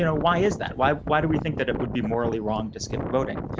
you know why is that why, why do we think that it would be morally wrong to skip voting.